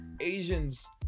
Asians